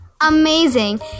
Amazing